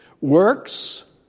Works